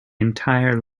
entire